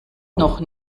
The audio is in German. noch